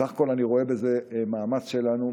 בסך הכול אני רואה בזה מאמץ שלנו,